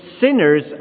sinners